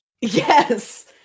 Yes